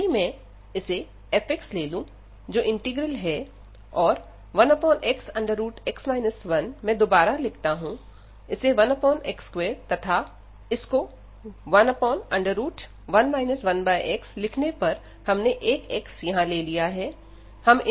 यदि मैं इसे f ले लूं जो इंटीग्रल है और 1xx 1 मैं दोबारा लिखता हूं इसे1x2 तथा इसको 11 1x लिखने पर हमने एक x यहां ले लिया है